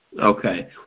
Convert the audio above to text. Okay